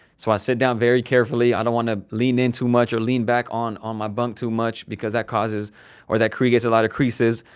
so, i sit down very carefully. i don't want to lean in too much or lean back on um but too much because that causes or that creates a lot of creases.